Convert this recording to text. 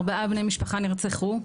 ארבעה בני משפחה נרצחו.